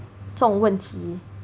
这种问题